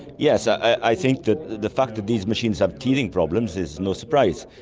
yes, i think that the fact that these machines have teething problems is no surprise.